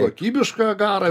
kokybišką garą